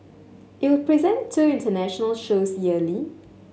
it will present two international shows yearly